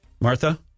Martha